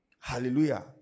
Hallelujah